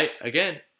again